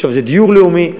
עכשיו זה "דיור לאומי",